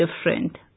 different